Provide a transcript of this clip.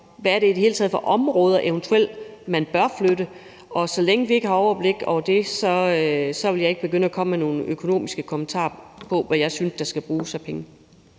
hvad det i det hele taget er for områder, man eventuelt bør flytte. Så længe vi ikke har overblik over det, vil jeg ikke begynde at komme med nogen økonomiske kommentarer på, hvad jeg synes at der skal bruges af penge.